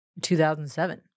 2007